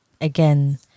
again